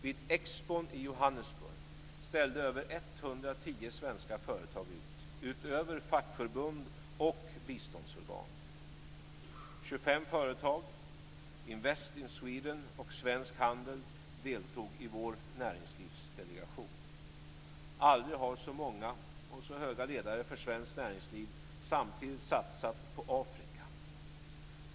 Vid expon i Johannesburg ställde över 110 svenska företag ut, utöver fackförbund och biståndsorgan. 25 företag, Invest in Sweden och Svensk Handel deltog i vår näringslivsdelegation. Aldrig har så många och så höga ledare för svenskt näringsliv samtidigt satsat på Afrika.